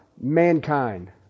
mankind